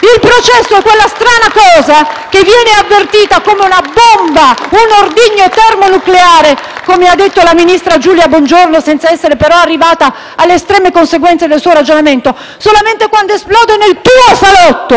Il processo è quella strana cosa che viene avvertita come una bomba, un ordigno termonucleare, come ha detto la ministra Giulia Bongiorno senza essere però arrivata alle estreme conseguenze nel suo ragionamento, solamente quando esplode nel tuo salotto,